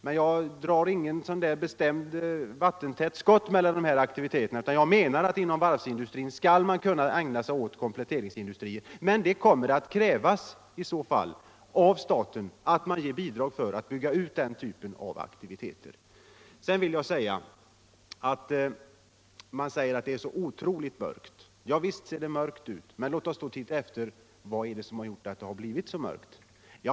Men jag ser inga vattentäta skott mellan dessa aktiviteter, utan jag menar att man inom varvsindustrin skall ägna sig åt kompletteringsverksamheter. Men det kommer i så fall att krävas att staten ger bidrag för att bygga ut den typen av aktiviteter. Man säger att det är så otroligt mörkt. Ja, visst ser det mörkt ut. Men låt oss då se efter vad det är som gjort att det blivit så mörkt.